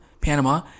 panama